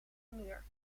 muur